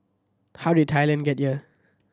how did Thailand get here